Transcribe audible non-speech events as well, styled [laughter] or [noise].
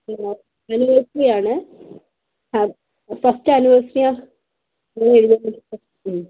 പിന്നെ ആനിവേഴ്സറിയാണ് ഫസ്റ്റ് ആനിവേഴ്സറിയാണ് എന്ന് എഴുതണം [unintelligible]